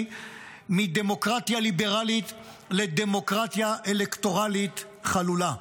מדמוקרטיה ליברלית לדמוקרטיה אלקטורלית חלולה.